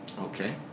Okay